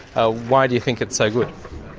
ah why do you think it's so good?